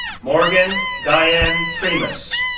morgan dyan trimas,